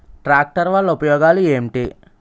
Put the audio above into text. Tractor వల్ల ఉపయోగాలు ఏంటీ?